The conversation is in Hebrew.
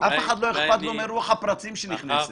אף אחד לא אכפת לו מרוח הפרצים שנכנסת.